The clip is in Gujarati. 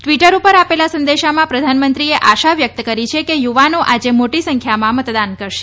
ટિવટર ઉપર આપેલા સંદેશામાં પ્રધાનમંત્રીએ આશા વ્યક્ત કરી છે યુવાનો આજે મોટી સંખ્યામાં મતદાન કરશે